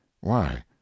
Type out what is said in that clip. Why